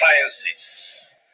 appliances